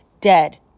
dead